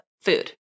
food